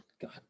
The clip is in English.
God